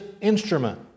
instrument